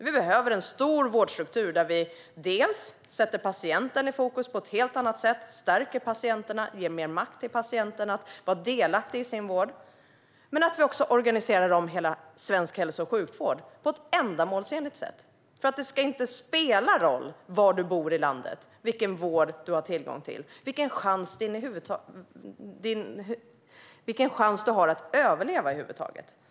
Vi behöver en vårdstruktur där vi sätter patienterna i fokus på ett helt annat sätt och där vi stärker patienterna och ger dem mer makt att vara delaktiga i sin vård. Vi behöver också organisera om svensk hälso och sjukvård på ett ändamålsenligt sätt. Var i landet man bor ska inte spela någon roll för vilken vård man har tillgång till eller vilken chans man har att över huvud taget överleva.